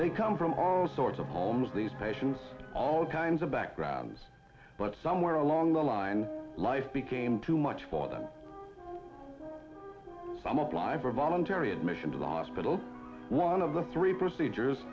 they come from all sorts of homes these patients all kinds of backgrounds but somewhere along the line life became too much for them some apply for voluntary admission to the hospital one of the three procedures